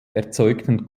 erzeugten